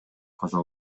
каза